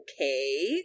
okay